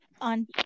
on